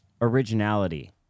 Originality